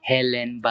Helen